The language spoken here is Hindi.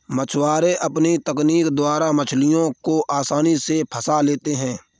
मछुआरे अपनी तकनीक द्वारा मछलियों को आसानी से फंसा लेते हैं